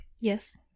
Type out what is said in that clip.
yes